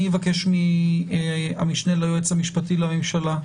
אני אבקש מהמשנה ליועץ המשפטי לממשלה,